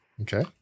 Okay